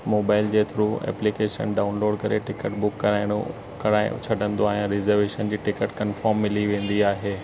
mobile जे through application download करे ticket book कराइणो कराइ छॾींदो आहियां रिजर्वेशन जी टिकट कंफर्म मिली वेंदी आहे